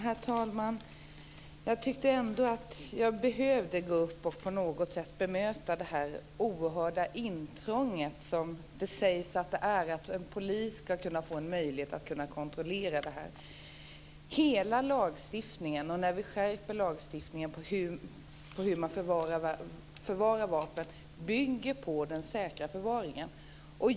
Herr talman! Jag tyckte att jag behövde gå upp och på något sätt bemöta detta med det oerhörda intrång som det sägs vara att polisen ska få möjlighet att kontrollera det här. Hela lagstiftningen, också den skärpning vi nu gör beträffande hur man förvarar vapen, bygger på den säkra förvaringen.